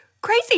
crazy